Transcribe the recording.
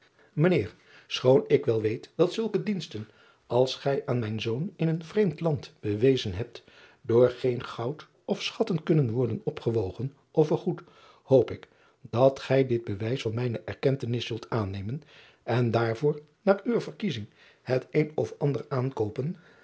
eer schoon ik wel weet dat zulke diensten als gij aan mijn zoon in een vreemd land bewezen hebt door geen goud of schatten kunnen worden opgewogen of vergoed hoop ik dat gij dit bewijs van mijne erkentenis zult aannemen en daarvoor naar uwe verkiezing het een of ander aankoopen